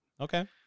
Okay